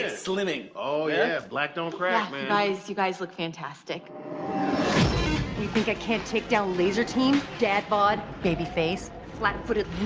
ah slimming oh, yeah black don't crack guys you guys look fantastic you think i can't take down lazer team dad bought babyface flat-footed